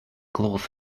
cloth